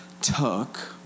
took